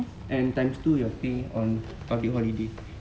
and times two your pay on public holiday